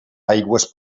aigües